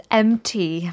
empty